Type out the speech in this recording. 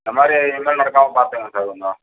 இந்தமாதிரி இனிமேல் நடக்காமல் பார்த்துக்கங்க சார் கொஞ்சம்